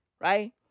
right